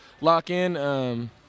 lock-in